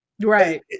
Right